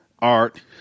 art